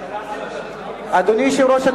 הממשלה, אדוני יושב-ראש הקואליציה,